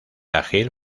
ágil